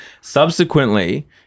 Subsequently